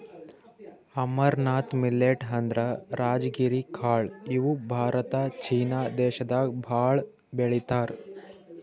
amaranth millet ಅಂದ್ರ ರಾಜಗಿರಿ ಕಾಳ್ ಇವ್ ಭಾರತ ಚೀನಾ ದೇಶದಾಗ್ ಭಾಳ್ ಬೆಳಿತಾರ್